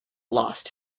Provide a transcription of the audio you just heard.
lost